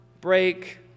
break